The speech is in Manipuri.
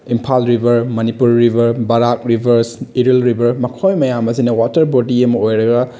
ꯏꯝꯐꯥꯜ ꯔꯤꯕꯔ ꯃꯅꯤꯄꯨꯔ ꯔꯤꯕꯔ ꯕꯥꯔꯥꯛ ꯔꯤꯕꯔꯁ ꯏꯔꯤꯜ ꯔꯤꯕꯔ ꯃꯈꯣꯏ ꯃꯌꯥꯝ ꯑꯁꯤꯅ ꯋꯥꯇꯔ ꯕꯣꯗꯤ ꯑꯃ ꯑꯣꯏꯔꯒ